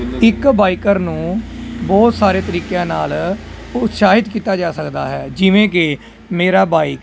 ਇੱਕ ਬਾਈਕਰ ਨੂੰ ਬਹੁਤ ਸਾਰੇ ਤਰੀਕਿਆਂ ਨਾਲ ਉਤਸ਼ਾਹਿਤ ਕੀਤਾ ਜਾ ਸਕਦਾ ਹੈ ਜਿਵੇਂ ਕਿ ਮੇਰਾ ਬਾਈਕ